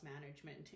management